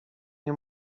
nie